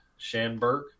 Shanberg